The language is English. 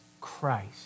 Christ